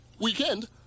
Weekend